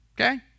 okay